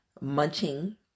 munching